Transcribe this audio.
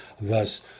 Thus